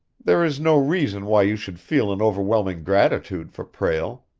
there is no reason why you should feel an overwhelming gratitude for prale.